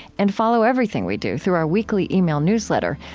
and follow everything we do through our weekly email newsletter.